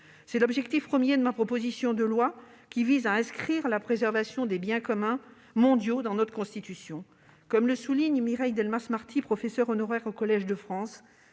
C'est l'objectif premier de ma proposition de loi, qui vise à inscrire la préservation des « biens communs mondiaux » dans notre Constitution. Comme le souligne Mireille Delmas-Marty, professeure honoraire au Collège de France